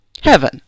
Heaven